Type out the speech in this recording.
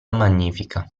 magnifica